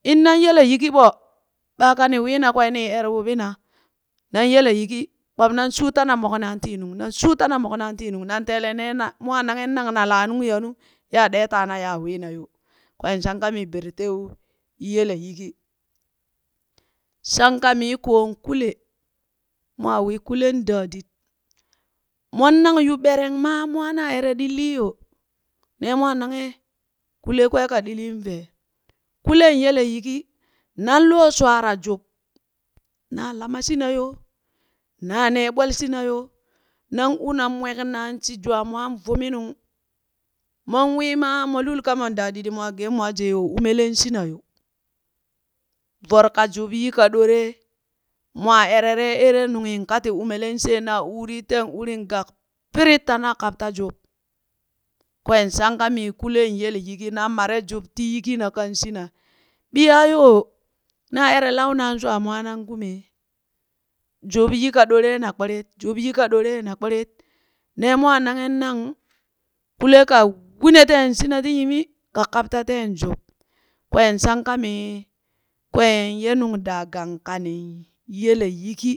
Innan yele yiki ɓo, baaka ni wiina kwee ni ere wuɓina; nan yele yiki kpak nan shuu tana moknan tii nung, nan shuu tana moknaan ti nung nan teele nee na; mwaa ananghen nang na laana nung yaa nu yaa ɗee taana yaa wiina yo; kween shankha mii Berteu yele yikii. Shanka mi koon Kule, mwaa wi kuleen daadit mon nang yu ɓereng maa mwaana ere ɗillii yo, nee mwaa nanghe kule kwee ka ɗiliin ve, kulen yele yiki, nanloo shwaara jub, naa lama shina yoo, naa nee ɓwel shina yo, nan u na mweknaan shi jwaa mwan vuminung, mon wii ma molul kamon daadidi mwaa gee mwa yo umelen shina yo, voro ka jub yi ka ɗore, mwaa erere erenunghin kati umele she naa uuri teen urin gak pirit tina kapta jub, kween shanka mii kulen yele yiki nan mare jub ti yikina kan shina, ɓiyayoo, naa ere launaan shwaa mwaa nan kume; jub yi ka ɗore na kpirit, jub yi ka ɗore na kpirit ne mwaa nanghen nan kule ka wune teen shina ti nyimi ka kpata teen jub, kween shanka mii, kween ye nungdaagang kanin yele yiki